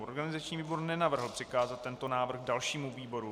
Organizační výbor nenavrhl přikázat tento návrh dalšímu výboru.